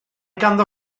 ganddo